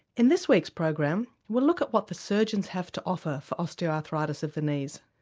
in this week's program we'll look at what the surgeons have to offer for osteoarthritis of the knees.